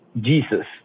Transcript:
Jesus